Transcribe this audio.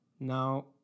Now